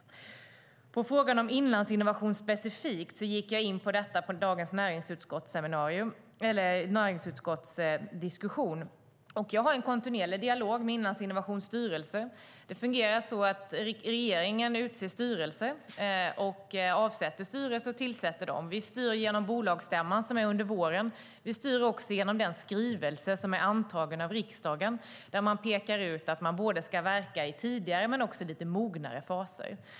När det gäller frågan om Inlandsinnovation specifikt gick jag in på detta under dagens näringsutskottsdiskussion. Jag har en kontinuerlig dialog med Inlandsinnovations styrelse. Det fungerar så att regeringen utser styrelsen - vi tillsätter och avsätter den. Vi styr genom bolagsstämman, som är under våren, och genom den skrivelse som är antagen av riksdagen där vi pekar ut att man ska verka i både tidigare och lite mognare faser.